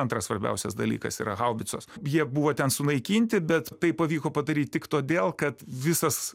antras svarbiausias dalykas yra haubicos jie buvo ten sunaikinti bet tai pavyko padaryt tik todėl kad visas